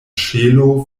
ŝelo